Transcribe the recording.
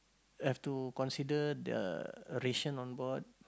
have to consider the ration on board